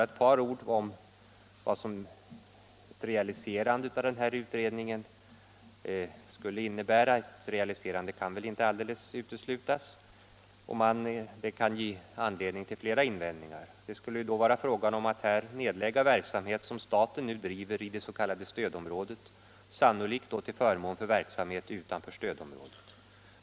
Ett realiserande av utredningen kan väl inte helt uteslutas och det kan ge anledning till flera invändningar. Det kan bli fråga om att nedlägga verksamhet som staten nu bedriver i det s.k. stödområdet, sannolikt till förmån för verksamhet utanför stödområdet.